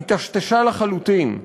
היטשטשה לחלוטין.